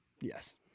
yes